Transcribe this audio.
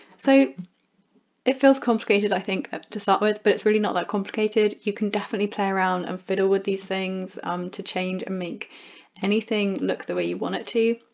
so it feels complicated i think ah to start with but it's really not that complicated you can definitely play around and fiddle with these things to change and make anything look the way you want it to.